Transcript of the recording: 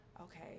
okay